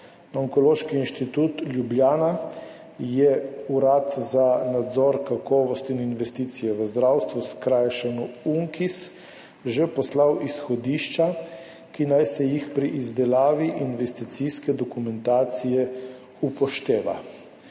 Onkološki inštitut Ljubljana je Urad za nadzor, kakovost in investicije v zdravstvu, skrajšano UNKIZ, že poslal izhodišča, ki naj se jih pri izdelavi investicijske dokumentacije upošteva.